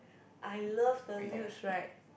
I love the luge ride